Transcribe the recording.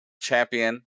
champion